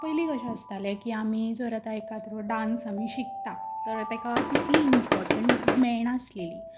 पयलीं कशें आसतालें की आमी जर आतां एखादो डान्स आमी शिकता तर तेका तितली इमपोर्टंट मेयणासली